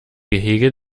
gehege